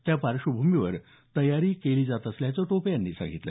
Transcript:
त्या पार्श्वभूमीवर तयारी केली जात असल्याचं टोपे यांनी सांगितलं